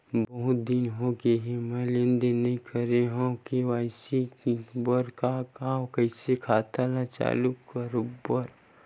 बहुत दिन हो गए मैं लेनदेन नई करे हाव के.वाई.सी बर का का कइसे खाता ला चालू करेबर?